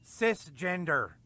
Cisgender